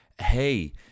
Hey